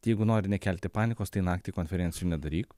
jeigu nori nekelti panikos tai naktį konferencijų nedaryk